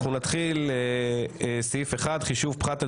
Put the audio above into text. אנחנו נתחיל מסעיף אחד: חישוב פחת על